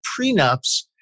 prenups